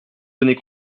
données